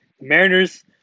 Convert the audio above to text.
Mariners